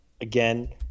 Again